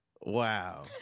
Wow